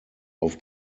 auf